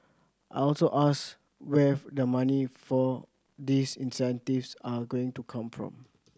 I also asked where the money for these incentives are going to come from